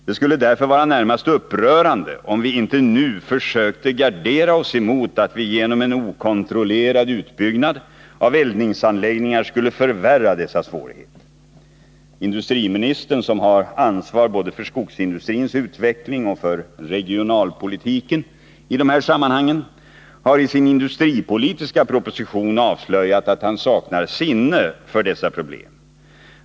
Det skulle därför vara närmast upprörande om vi inte nu försökte gardera oss emot att vi genom en okontrollerad utbyggnad av eldningsanläggningar skulle förvärra dessa svårigheter. Industriministern, som har ansvar både för skogsindustrins utveckling och för regionalpolitiken i dessa sammanhang, har i sin industripolitiska proposition avslöjat att han saknar sinne för dessa problem.